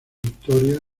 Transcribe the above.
victoria